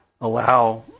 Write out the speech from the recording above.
allow